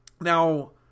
Now